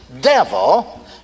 devil